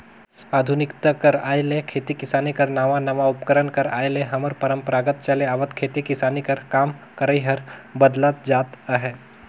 आधुनिकता कर आए ले खेती किसानी कर नावा नावा उपकरन कर आए ले हमर परपरागत चले आवत खेती किसानी कर काम करई हर बदलत जात अहे